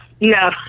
no